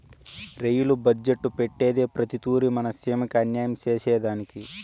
rail budget పెట్టేదే ప్రతి తూరి మన సీమకి అన్యాయం సేసెదానికి